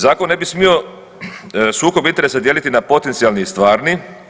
Zakon ne bi smio sukob interesa dijeliti na potencijalni i stvarni.